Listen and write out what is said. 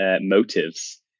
motives